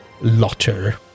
lotter